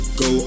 go